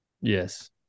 Yes